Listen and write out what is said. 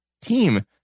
team